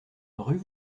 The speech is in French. rue